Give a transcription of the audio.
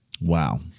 Wow